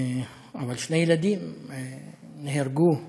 אבל שני ילדים נהרגו,